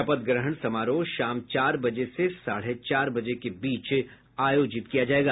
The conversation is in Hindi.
शपथ ग्रहण समारोह शाम चार बजे से साढ़े चार बजे के बीच आयोजित किया जाएगा